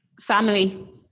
Family